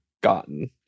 gotten